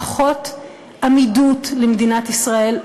פחות עמידות למדינת ישראל,